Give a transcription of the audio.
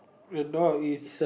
the door is